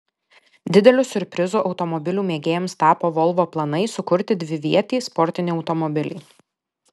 dideliu siurprizu automobilių mėgėjams tapo volvo planai sukurti dvivietį sportinį automobilį